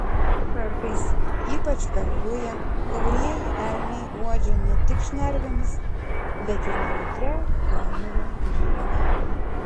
kartais ypač per rują taurieji elniai uodžia ne tik šnervėmis bet ir jautria gomurio gleivine